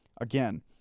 Again